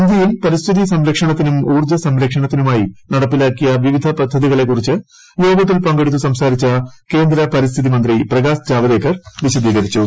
ഇന്ത്യയിൽ പരിസ്ഥിതി സംരക്ഷണത്തിനും ഊർജ്ജ സംരക്ഷണത്തിനും ആയി നടപ്പിലാക്കിയ വിവിധ പദ്ധതികളെക്കുറിച്ച് യോഗത്തിൽ പങ്കെടുത്ത് സംസാരിച്ച കേന്ദ്ര പരിസ്ഥിതി മന്ത്രി പ്രകാശ്ജാവദേക്കർ വിശദീകരിച്ചു